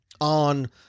on